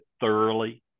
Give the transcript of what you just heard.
thoroughly